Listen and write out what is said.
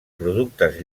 productes